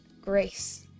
grace